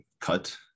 cut